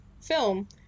film